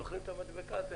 אתם זוכרים את המדבקה הזאת?